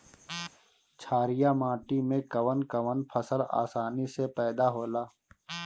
छारिया माटी मे कवन कवन फसल आसानी से पैदा होला?